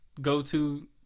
go-to